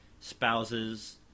spouses